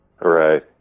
Right